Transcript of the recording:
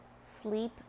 Sleep